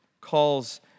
calls